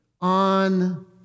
on